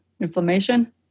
inflammation